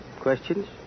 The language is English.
Questions